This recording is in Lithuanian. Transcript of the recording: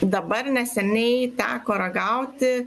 dabar neseniai teko ragauti